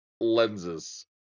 lenses